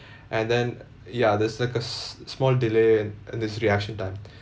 and then ya there's like a s~ small delay in in his reaction time